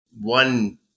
One